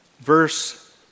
verse